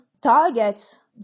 targets